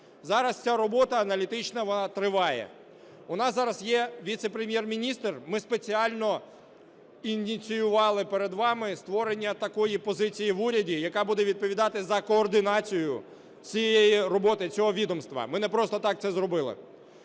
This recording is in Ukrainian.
Зараз ця робота аналітична триває. У нас зараз є віце-прем'єр-міністр. Ми спеціально ініціювали перед вами створення такої позиції в уряді, яка буде відповідати за координацію цієї роботи цього відомства. Ми не просто так це зробили.